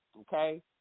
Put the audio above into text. Okay